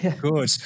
good